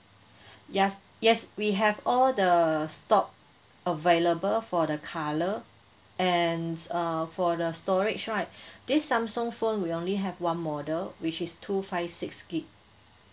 yes yes we have all the stock available for the colour and uh for the storage right this samsung phone we only have one model which is two five six gig